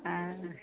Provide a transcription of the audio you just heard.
आ ने